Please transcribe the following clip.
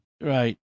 Right